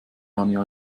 anja